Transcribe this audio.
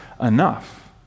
enough